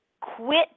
Quit